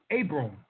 Abram